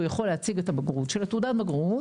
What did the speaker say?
הוא יכול להציג תעודת בגרות,